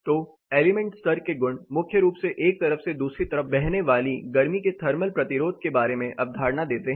तो एलिमेंट स्तर के गुण मुख्य रूप से एक तरफ से दूसरी तरफ बहने वाली गर्मी के थर्मल प्रतिरोध के बारे में अवधारणा देते हैं